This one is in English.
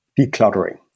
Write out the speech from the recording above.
decluttering